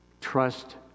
trust